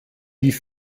wie